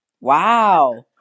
wow